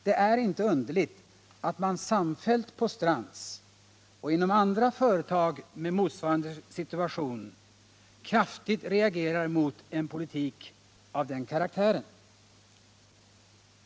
Det är inte underligt att man samfällt på Strands — och inom andra företag med motsvarande situation — kraftigt reagerar mot en politik av den karaktären.